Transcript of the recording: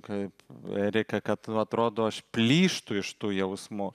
kaip erika kad atrodo aš plyštu iš tų jausmų